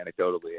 anecdotally